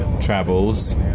travels